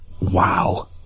wow